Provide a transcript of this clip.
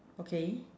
okay